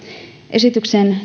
esitykseen